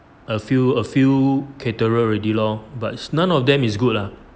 a few a few caterer already lor but none of them is good lah